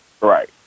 Right